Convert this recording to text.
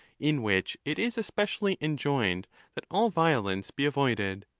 in which it is especially enjoined that all violence be avoided.